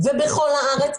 ובכל הארץ,